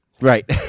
Right